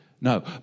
No